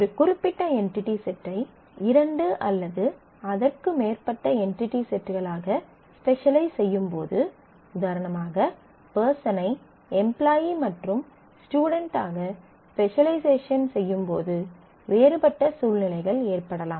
ஒரு குறிப்பிட்ட என்டிடி செட்டை இரண்டு அல்லது அதற்கு மேற்பட்ட என்டிடி செட்களாக ஸ்பெசலைஸ் செய்யும்போது உதாரணமாக பெர்சன் ஐ எம்ப்லாயீ மற்றும் ஸ்டுடென்ட் ஆக ஸ்பெசலைசேஷன் செய்யும்போது வேறுபட்ட சூழ்நிலைகள் ஏற்படலாம்